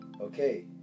okay